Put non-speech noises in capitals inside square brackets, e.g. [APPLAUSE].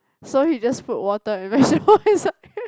so he just put water and vegetable inside [LAUGHS]